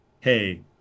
hey